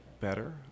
better